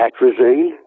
atrazine